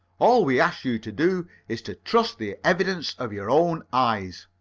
all we ask you to do is to trust the evidence of your own eyes.